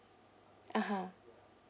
(uh huh)